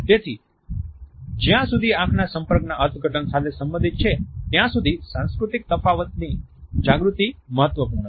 તેથી જ્યાં સુધી આંખના સંપર્કના અર્થઘટન સાથે સંબંધિત છે ત્યાં સુધી સાંસ્કૃતિક તફાવતની જાગૃતિ મહત્વપૂર્ણ છે